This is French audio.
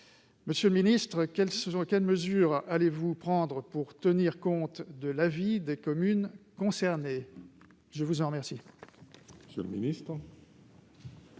Monsieur le ministre, quelles mesures allez-vous prendre pour tenir compte de l'avis des communes concernées ? La parole est à M.